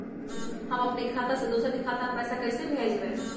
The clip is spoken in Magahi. हम अपने खाता से दोसर के खाता में पैसा कइसे भेजबै?